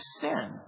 Sin